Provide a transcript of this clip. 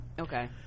okay